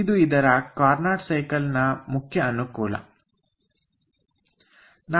ಇದು ಈ Carnot cycle ನ ಮುಖ್ಯ ಅನುಕೂಲ ಆಗಿದೆ